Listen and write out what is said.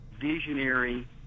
visionary